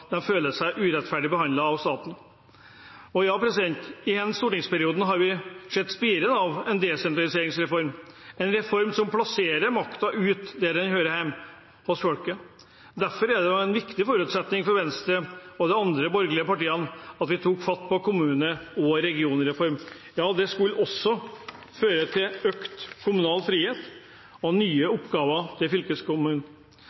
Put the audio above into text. føler seg urettferdig behandlet av staten. I denne stortingsperioden har vi sett spiren av en desentraliseringsreform, en reform som plasserer makta ut, der den hører hjemme: hos folket. Det var en viktig forutsetning for Venstre og de andre borgerlige partiene, at når vi tok fatt på kommunereform og regionreform, skulle det også føre til økt kommunal frihet og nye